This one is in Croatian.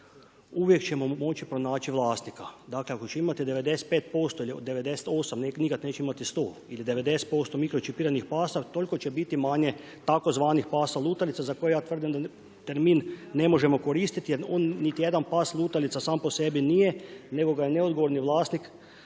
uvijek ćemo moći pronaći vlasnika. Dakle ako će imati 95% ili 98 nikad neće imati 100 ili 90% mikročipiranih pasa toliko će biti manje tzv. pasa lutalica za koje ja tvrdim da termin ne možemo koristiti jer niti jedan pas lutalica sam po sebi nije nego ga je neodgovorni vlasnik